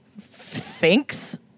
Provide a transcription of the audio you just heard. thinks